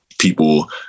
people